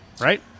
right